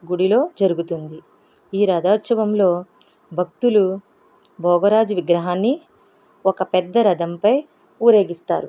గుడిలో జరుగుతుంది ఈ రథోత్సవంలో భక్తులు భోగరాజు విగ్రహాన్ని ఒక పెద్ద రథంపై ఊరేగిస్తారు